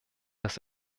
das